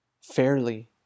fairly